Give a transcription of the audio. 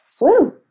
Woo